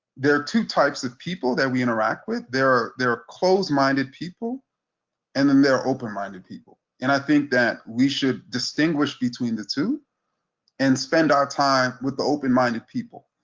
there are two types of people that we interact with there are they're close minded people and then they're open-minded people, and i think that we should distinguish between the two and spend our time with the open-minded people.